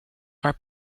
are